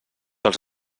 els